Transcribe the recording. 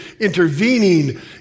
intervening